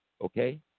Okay